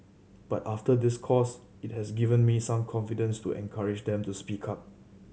but after this course it has given me some confidence to encourage them to speak up